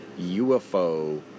UFO